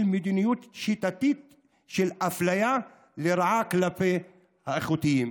מדיניות שיטתית של אפליה לרעה כלפי הקצינים